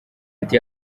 ati